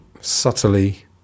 subtly